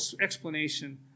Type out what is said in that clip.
explanation